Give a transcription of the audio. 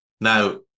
now